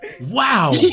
Wow